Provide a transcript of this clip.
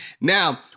Now